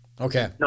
Okay